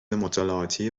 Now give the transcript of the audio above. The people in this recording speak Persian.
مطالعاتی